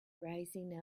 rising